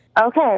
Okay